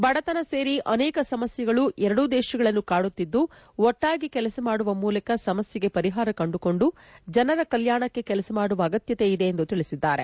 ಬಡತನ ಸೇರಿ ಅನೇಕ ಸಮಸ್ನೆಗಳು ಎರಡೂ ದೇಶಗಳನ್ನು ಕಾಡುತ್ತಿದ್ಲು ಒಟ್ಟಾಗಿ ಕೆಲಸ ಮಾಡುವ ಮೂಲಕ ಸಮಸ್ಯೆಗೆ ಪರಿಪಾರ ಕಂಡುಕೊಂಡು ಜನರ ಕಲ್ಯಾಣಕ್ಕೆ ಕೆಲಸ ಮಾಡುವ ಅಗತ್ಯತೆ ಇದೆ ಎಂದು ತಿಳಿಸಿದ್ದಾರೆ